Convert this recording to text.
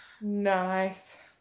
Nice